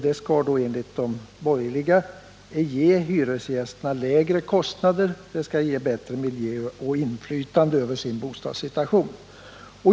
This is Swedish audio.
Detta skall enligt de borgerliga ge hyresgästerna lägre kostnader, bättre miljö och inflytande över den egna bostadssituationen.